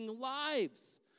lives